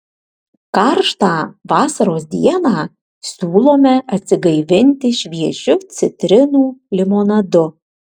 karštą vasaros dieną siūlome atsigaivinti šviežiu citrinų limonadu